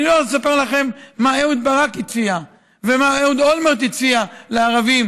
אני לא אספר לכם מה אהוד ברק הציע ומה אהוד אולמרט הציע לערבים,